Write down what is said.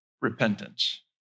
repentance